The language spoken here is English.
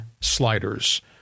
sliders